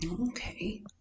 Okay